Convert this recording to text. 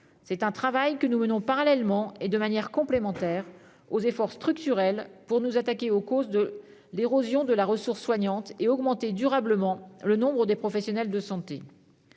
C'est un travail que nous menons parallèlement et de manière complémentaire aux efforts structurels que nous avons engagés pour nous attaquer aux causes de l'érosion de la ressource soignante et augmenter durablement le nombre des professionnels de santé.